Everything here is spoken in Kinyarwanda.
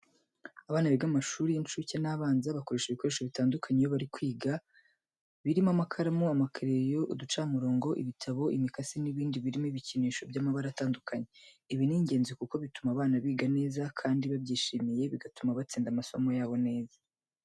Abana biga mu mashuri y'inshuke n'abanza bakoresha ibikoresho bitandukanye iyo bari kwiga birimo amakaramu, amakereyo, uducamurongo, ibitabo, imikasi n'ibindi birimo ibikinisho by'amabara atandukanye. Ibi ni ingenzi kuko bituma biga neza kandi babyishimiye bigatuma batsinda amasomo yabo neza.